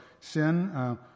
sin